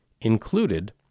included